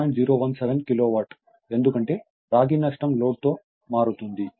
017 kilowatt ఎందుకంటే రాగి నష్టం లోడ్తో మారుతుంది